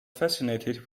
fascinated